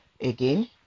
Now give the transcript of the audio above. again